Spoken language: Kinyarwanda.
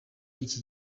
iki